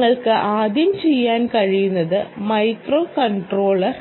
നിങ്ങൾക്ക് ആദ്യം ചെയ്യാൻ കഴിയുന്നത് മൈക്രോകൺട്രോളർ